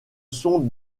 sont